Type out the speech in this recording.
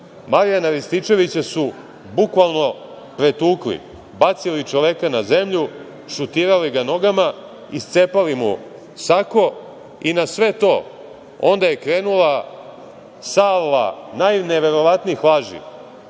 Marijana Rističevića su bukvalno pretukli, bacili čoveka na zemlju, šutirali ga nogama, iscepali mu sako i na sve to, onda je krenula salva najneverovatnijih laži